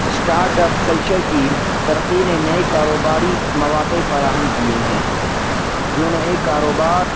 start up culture کی ترقی نے نئے کاروباری مواقع فراہم کیے ہیں جو نئے کاروبار